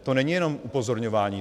To není jenom upozorňování.